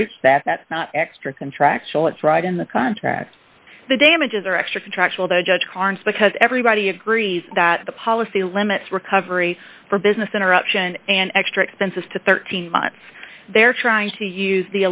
breach that that's not extra contractual it's right in the contract the damages are extra contractual the judge carnes because everybody agrees that the policy limits recovery for business interruption and extra expenses to thirteen months they're trying to use